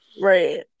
Right